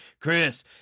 Chris